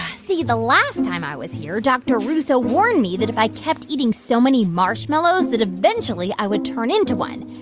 see. the last time i was here, dr. russo warned me that if i kept eating so many marshmallows that, eventually, i would turn into one.